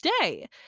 day